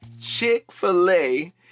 chick-fil-a